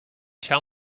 tell